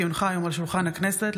כי הונחו היום על שולחן הכנסת,